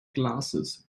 glasses